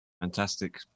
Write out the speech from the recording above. Fantastic